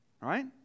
right